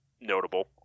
notable